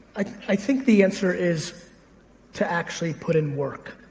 i think the answer is to actually put in work.